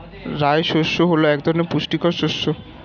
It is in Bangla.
রাই শস্য হল এক পুষ্টিকর শস্য